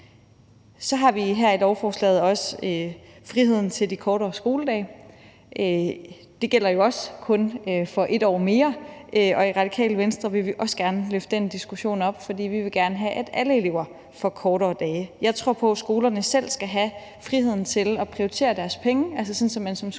Så har vi her i lovforslaget også friheden til de kortere skoledage. Det gælder jo også kun for et år mere, og i Radikale Venstre vil vi også gerne løfte den diskussion op, for vi vil gerne have, at alle elever får kortere dage. Jeg tror på, at skolerne selv skal have friheden til at prioritere deres penge, altså sådan at man som skole selv